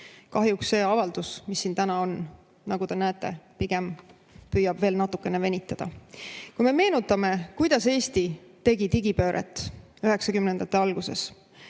Kahjuks see avaldus, mis siin täna on, nagu te näete, pigem püüab veel natukene venitada. Meenutame, kuidas Eesti tegi digipööret 1990-ndate alguses.